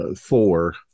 four